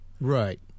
Right